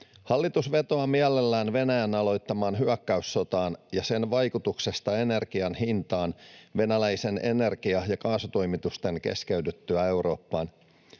Hallitus vetoaa mielellään Venäjän aloittamaan hyökkäyssotaan ja sen vaikutukseen energian hintaan venäläisten energia- ja kaasutoimitusten keskeydyttyä Eurooppaan.